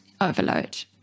overload